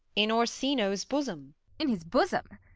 in orsino's bosom in his bosom!